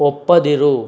ಒಪ್ಪದಿರು